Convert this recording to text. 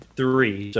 three